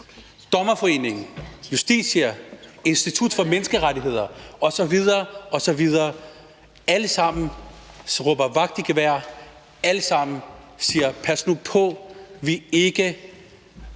Dommerforeningen, Justitia, Institut for Menneskerettigheder osv. osv. råber vagt i gevær. De siger alle sammen: Pas nu på ikke